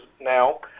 now